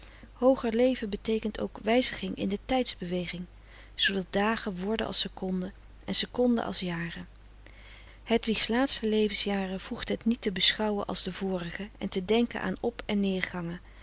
hooger leven beteekent ook wijziging in de tijdsbeweging zoodat dagen worden als seconden en seconden als jaren hedwigs laatste levensjaren voegt het niet te beschouwen als de vorige en te denken aan op en neergangen aan